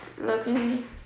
looking